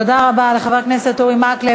תודה רבה לחבר הכנסת אורי מקלב.